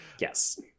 yes